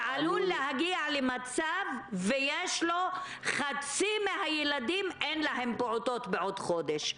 שעלול להגיע למצב שלחצי מהילדים לא יהיו פעוטונים בעוד חודש.